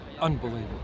unbelievable